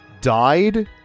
died